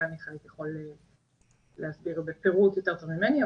דגני יכול להסביר בפירוט יותר טוב ממני.